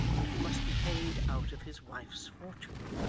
and who must be paid out of his wife's fortune.